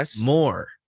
more